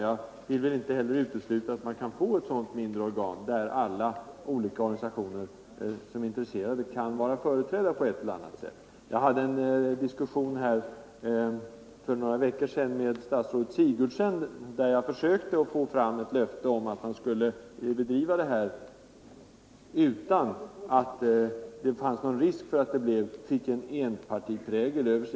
Jag vill inte utesluta att man kommer att få ett sådant mindre organ, där de organisationer som är intresserade kan vara företrädda på ett eller annat sätt. Jag förde en diskussion här för några veckor sedan med statsrådet Sigurdsen, där jag försökte få ett löfte av henne om att detta arbete skulle bedrivas så att man undviker enpartiprägel.